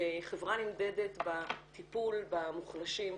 וחברה נמדדת בטפול במוחלשים,